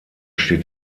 steht